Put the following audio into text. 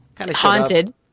Haunted